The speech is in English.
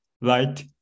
light